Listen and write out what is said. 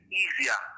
easier